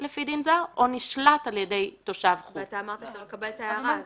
אני לא מבין מה הבעיה.